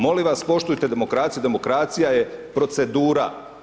Molim vas poštujte demokraciju, demokracija je procedura.